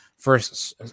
first